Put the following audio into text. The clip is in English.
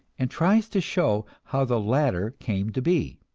and tries to show how the latter came to be.